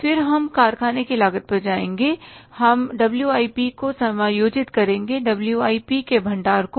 फिर हम कारखाने की लागत पर जाएंगे हम WIP को समायोजित करेंगे WIP के भंडार को